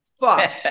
fuck